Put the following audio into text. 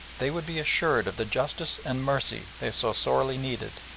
they would be assured of the justice and mercy they so sorely needed,